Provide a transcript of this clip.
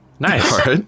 Nice